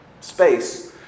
space